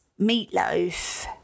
Meatloaf